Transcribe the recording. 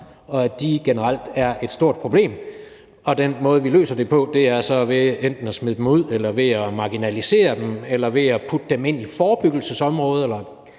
og at de generelt er et stort problem, og at den måde, vi løser det på, så er ved enten at smide dem ud eller ved at marginalisere dem eller ved at putte dem ind i forebyggelsesområder eller